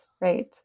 right